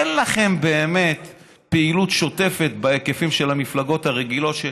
אין לכם באמת פעילות שוטפת בהיקפים של המפלגות הרגילות,